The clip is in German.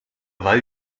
weil